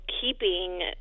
keeping